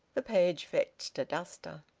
the page fetched a duster.